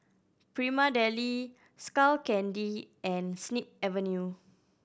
Prima Deli Skull Candy and Snip Avenue